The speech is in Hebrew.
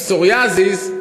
פסוריאזיס,